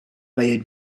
they